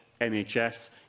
NHS